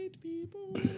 people